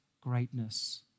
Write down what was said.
greatness